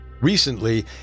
Recently